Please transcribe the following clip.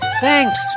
thanks